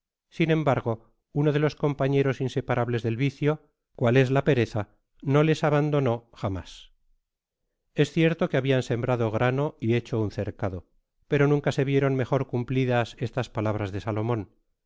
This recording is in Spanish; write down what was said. sin embargo uno de los companeros inseparables del vicio cual es la per za no les abandonó jamás es cierto que habian sembrado grano y heclo un cercado pero nunca se vieron mejor cumplidas estas dapalabras de salomon